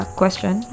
question